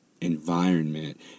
environment